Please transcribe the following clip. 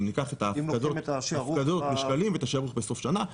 אם ניקח את הפקדות בשקלים ואת השערוך בסוף שנה,